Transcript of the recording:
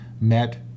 met